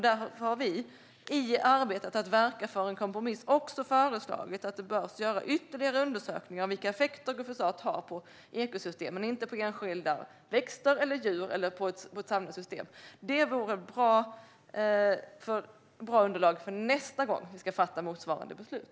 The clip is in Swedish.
Där har vi i arbetet att verka för en kompromiss också föreslagit att det ska göras ytterligare undersökningar om vilka effekter glyfosat har på ekosystemet - inte på enskilda växter eller djur, utan på det samlade systemet. Det vore ett bra underlag för nästa gång vi ska fatta motsvarande beslut.